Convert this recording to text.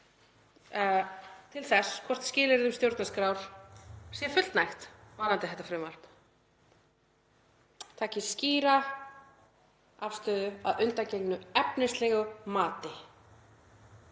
til þess hvort skilyrðum stjórnarskrár sé fullnægt varðandi þetta frumvarp, taki skýra afstöðu að undangengnu efnislegu mati,